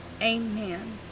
Amen